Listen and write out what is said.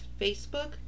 Facebook